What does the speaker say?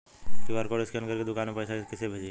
QR code scan करके दुकान में पैसा कइसे भेजी?